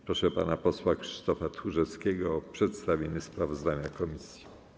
Proszę pana posła Krzysztofa Tchórzewskiego o przedstawienie sprawozdania komisji.